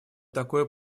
такое